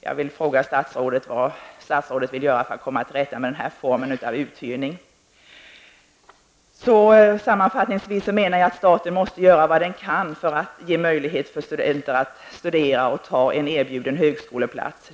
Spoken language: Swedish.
Jag vill fråga statsrådet: Sammanfattningsvis menar jag att staten måste göra vad den kan för att ge möjlighet för studenter att studera och anta en erbjuden högskoleplats.